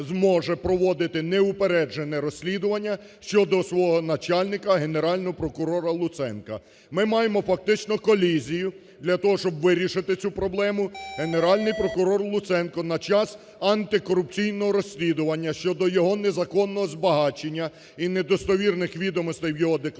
зможе проводити неупереджене розслідування щодо свого начальника – Генерального прокурора Луценка. Ми маємо, фактично, колізію. Для того, щоб вирішити цю проблему, Генеральний прокурор Луценко на час антикорупційного розслідування щодо його незаконного збагачення і недостовірних відомостей в його декларації,